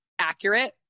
accurate